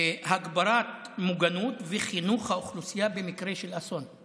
הגברת מוגנות וחינוך האוכלוסייה למקרה של אסון.